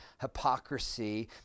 hypocrisy